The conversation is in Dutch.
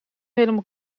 helemaal